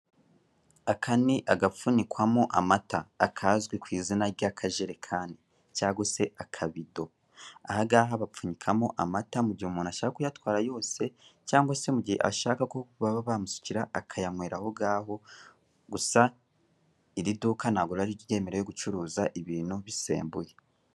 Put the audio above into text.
Aka ni agapfunikwamo amata akazwi ku izina ry'akajerekani cyangwa se akabido, aha ngaha bapfunyikamo amata mu gihe umuntu ashaka kuyatwara yose cyangwa se mu gihe ashaka ko baba bamusukira akayanywera aho ngaho gusa iri duka ntabwo riba ryemerewe gucuruza ibintu bisembuye.